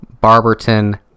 barberton